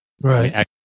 Right